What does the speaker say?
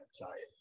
anxiety